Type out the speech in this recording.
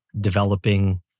developing